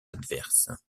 adverse